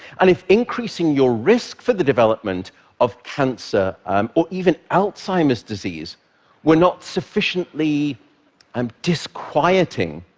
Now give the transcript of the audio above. and if increasing your risk for the development of cancer um or even alzheimer's disease were not sufficiently um disquieting,